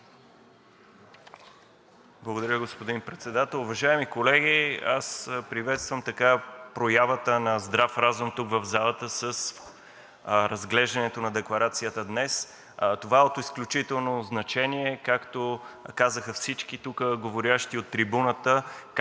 Благодаря, господин Председател.